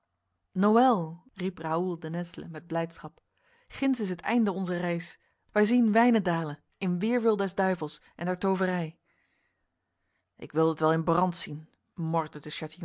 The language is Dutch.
noël riep raoul de nesle met blijdschap ginds is het einde onzer reis wij zien wijnendale in weerwil des duivels en der toverij ik wilde het wel in brand zien